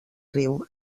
riu